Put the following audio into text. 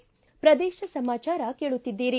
ಪ್ಪದೇಶ ಸಮಾಚಾರ ಕೇಳುತ್ತಿದ್ದೀರಿ